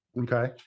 okay